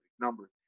numbers